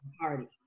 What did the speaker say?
party